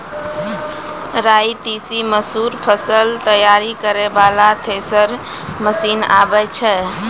राई तीसी मसूर फसल तैयारी करै वाला थेसर मसीन आबै छै?